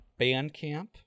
Bandcamp